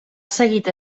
seguit